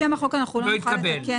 שם החוק אנחנו לא נוכל לתקן,